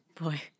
Boy